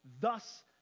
Thus